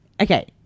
Okay